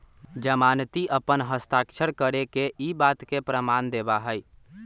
जमानती अपन हस्ताक्षर करके ई बात के प्रमाण देवा हई